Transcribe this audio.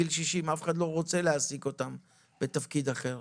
אחד גם לא ירצה להעסיק אותם בתפקיד אחר.